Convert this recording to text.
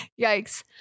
yikes